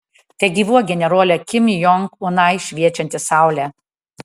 tegyvuok generole kim jong unai šviečianti saule